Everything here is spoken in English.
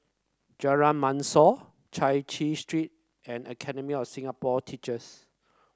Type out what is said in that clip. Jalan Mashor Chai Chee Street and Academy of Singapore Teachers